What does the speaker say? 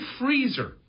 freezer